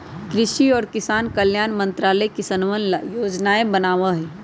कृषि और किसान कल्याण मंत्रालय किसनवन ला योजनाएं बनावा हई